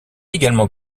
également